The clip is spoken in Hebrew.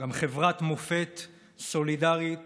גם חברת מופת סולידרית